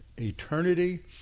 eternity